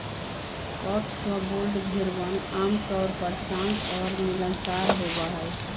Cotswold भेड़वन आमतौर पर शांत और मिलनसार होबा हई